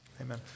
Amen